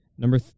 Number